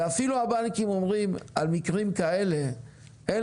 ואפילו הבנקים אומרים על מקרים כאלה שאין